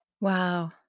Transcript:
Wow